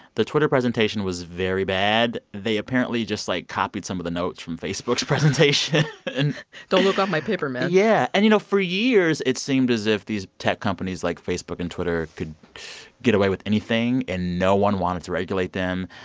the twitter presentation was very bad. they apparently just, like, copied some of the notes from facebook's presentation and don't look off my paper, man yeah, and, you know, for years, it seemed as if these tech companies, like facebook and twitter, could get away with anything. and no one wanted to regulate them.